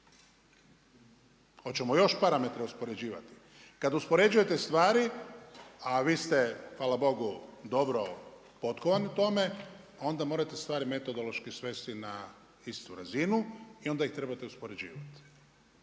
Hoćemo još parametre uspoređivati? Kad uspoređujete stvari, a vi ste hvala Bogu dobro u potkovani tome, onda morate stvari metodološki svesti na istu razinu i onda ih trebate uspoređivati.